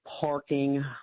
parking